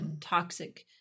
toxic